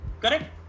Correct